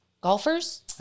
Golfers